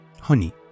Honey